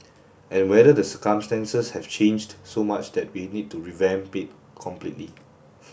and whether the circumstances have changed so much that we need to revamp it completely